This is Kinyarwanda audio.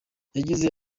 yagize